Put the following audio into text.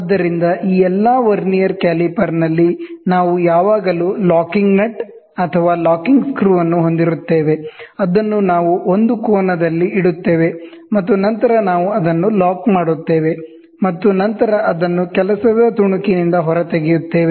ಆದ್ದರಿಂದ ಈ ಎಲ್ಲಾ ವರ್ನಿಯರ್ ಕ್ಯಾಲಿಪರ್ನಲ್ಲಿ ನಾವು ಯಾವಾಗಲೂ ಲಾಕಿಂಗ್ ನಟ್ ಅಥವಾ ಲಾಕಿಂಗ್ ಸ್ಕ್ರೂ ಅನ್ನು ಹೊಂದಿರುತ್ತೇವೆ ಅದನ್ನು ನಾವು ಒಂದು ಕೋನದಲ್ಲಿ ಇಡುತ್ತೇವೆ ಮತ್ತು ನಂತರ ನಾವು ಅದನ್ನು ಲಾಕ್ ಮಾಡುತ್ತೇವೆ ಮತ್ತು ನಂತರ ಅದನ್ನು ವರ್ಕ್ ಪೀಸ್ ನಿಂದ ಹೊರತೆಗೆಯುತ್ತೇವೆ